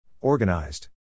Organized